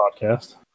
podcast